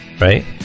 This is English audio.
right